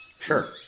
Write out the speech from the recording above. Sure